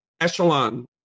echelon